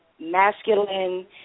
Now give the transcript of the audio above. masculine